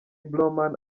blauman